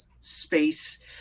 space